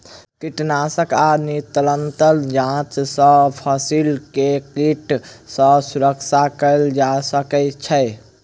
कीटनाशक आ निरंतर जांच सॅ फसिल के कीट सॅ सुरक्षा कयल जा सकै छै